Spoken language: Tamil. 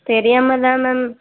தெரியாமல் தான் மேம்